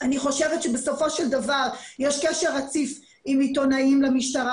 אני חושבת שבסופו של דבר יש קשר רציף עם עיתונאים למשטרה.